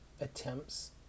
attempts